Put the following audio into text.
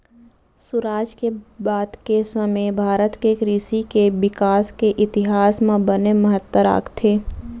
सुराज के बाद के समे भारत के कृसि के बिकास के इतिहास म बने महत्ता राखथे